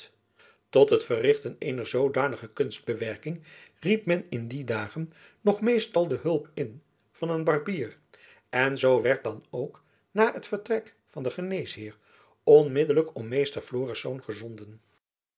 tot het verrichten eener zoodanige kunstbewerking riep men in die dagen nog meestal de hulp in van een barbier en zoo werd dan ook na het vertrek van jacob van lennep elizabeth musch den geneesheer onmiddelijk om meester florisz gezonden